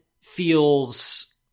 feels